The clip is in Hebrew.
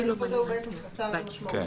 הסעיף הזה בעצם חסר משמעות.